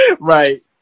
Right